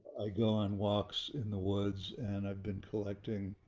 i go on walks in the woods, and i've been collecting